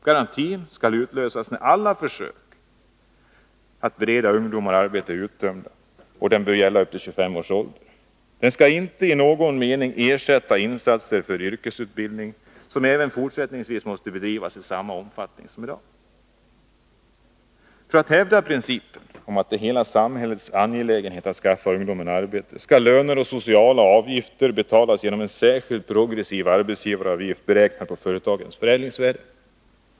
Garantin skall utlösas när alla andra försök att bereda ungdomarna arbete är uttömda, och den bör gälla upp till 25 års ålder. Den skall inte i någon mening ersätta insatser för yrkesutbildning, som även fortsättningsvis måste bedrivas i minst samma omfattning som i dag. För att hävda principen att det är hela samhällets angelägenhet att skaffa ungdomarna arbete skall löner och sociala avgifter betalas genom en särskild progressiv arbetsgivaravgift, beräknad på företagens förädlingsvärde.